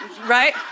right